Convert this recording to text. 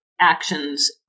actions